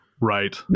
right